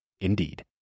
Indeed